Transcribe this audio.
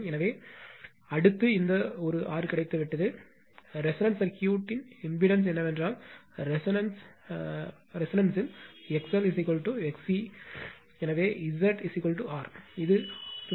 எனவே அடுத்து இந்த ஒரு ஆர் கிடைத்துவிட்டது ரெசோனன்ஸ் சர்க்யூட்ன் இம்பிடான்ஸ் என்னவென்றால் ரெசோனன்ஸ்ல் எக்ஸ்எல் எக்ஸ்சியில் எனவே இசட் ஆர் இது 56